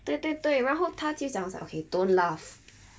对对对然后他就讲 I was like okay don't laugh